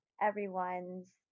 everyone's